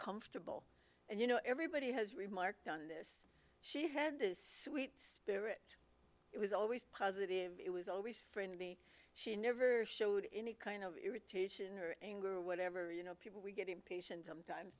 comfortable and you know everybody has remarked on this she had this sweet spirit it was always positive it was always friendly she never showed any kind of irritation or anger or whatever you know people get impatient sometimes